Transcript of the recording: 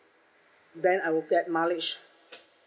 then I will get mileage